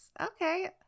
Okay